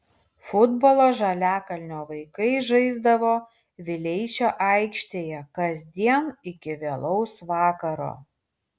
futbolą žaliakalnio vaikai žaisdavo vileišio aikštėje kasdien iki vėlaus vakaro